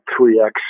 3x